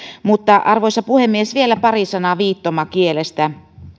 mutta arvoisa puhemies vielä pari sanaa viittomakielestä